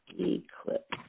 eclipse